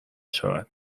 شود